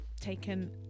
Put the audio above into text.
taken